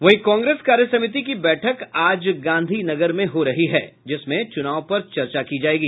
वहीं कांग्रेस कार्यसमिति की बैठक आज गांधीनगर में हो रही है जिसमें चुनाव पर चर्चा की जाएगा